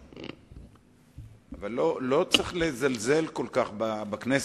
לא על זה, אין לי בעיה.